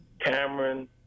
Cameron